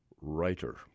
writer